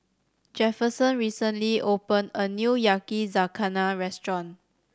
Jefferson recently opened a new Yakizakana Restaurant